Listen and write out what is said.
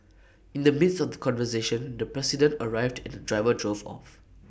in the midst of the conversation the president arrived and the driver drove off